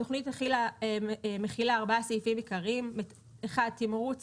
התוכנית מכילה ארבעה סעיפים עיקריים: 1. תמרוץ